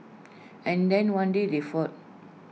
and then one day they fought